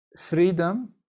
freedom